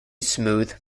smooth